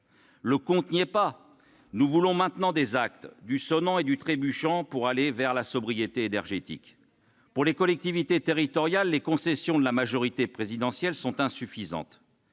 Le compte n'y est pas ! Nous voulons maintenant des actes, du sonnant et du trébuchant pour aller vers la sobriété énergétique. Pour les collectivités territoriales, les concessions de la majorité présidentielle sont insuffisantes.